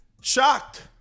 Shocked